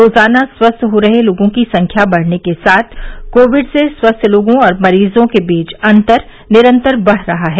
रोजाना स्वस्थ हो रहे लोगों की संख्या बढ़ने के साथ कोविड से स्वस्थ लोगों और मरीजों के बीच अंतर निरंतर बढ रहा है